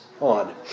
on